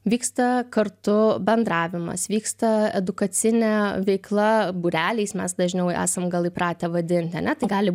vyksta kartu bendravimas vyksta edukacinė veikla būreliais mes dažniau esam gal įpratę vadint ane tai gali